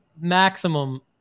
maximum